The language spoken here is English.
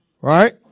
Right